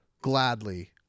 gladly